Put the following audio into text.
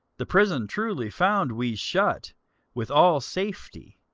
the prison truly found we shut with all safety,